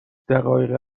دقایق